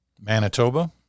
Manitoba